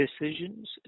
decisions